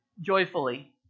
joyfully